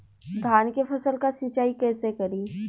धान के फसल का सिंचाई कैसे करे?